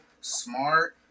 smart